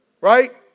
Right